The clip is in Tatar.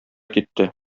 китте